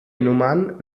nummern